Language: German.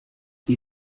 die